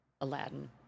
Aladdin